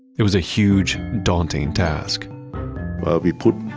it was a huge daunting task we put